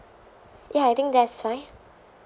ya I think that's fine